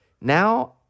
Now